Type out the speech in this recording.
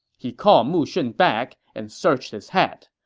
he called mu shun back and searched his hat.